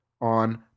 on